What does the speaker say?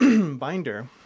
binder